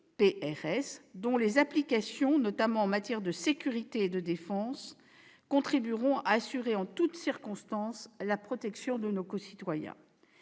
dont les applications, notamment en matière de sécurité et de défense, contribueront à assurer en toutes circonstances la protection des citoyens.